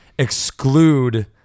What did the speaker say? exclude